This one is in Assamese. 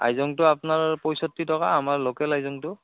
আইজংটো আপোনাৰ পঁয়ষষ্ঠি টকা আমাৰ লোকেল আইজংটো